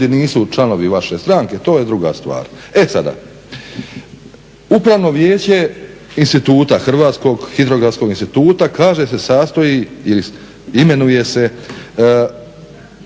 ljudi nisu članovi vaše stranke to je druga stvar. E sada. Upravno vijeće instituta Hrvatskog hidrografskog instituta kaže sastoji se ili imenuje se,